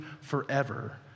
forever